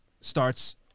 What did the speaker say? starts